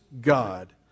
God